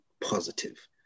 positive